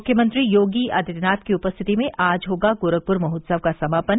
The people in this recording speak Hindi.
मुख्यमंत्री योगी आदित्यनाथ की उपस्थिति में आज होगा गोरखपुर महोत्सव का समापन